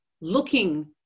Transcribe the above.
looking